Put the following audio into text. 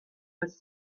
was